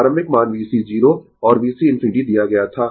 प्रारंभिक मान VC 0 और VC ∞ दिया गया था